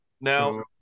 Now